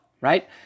Right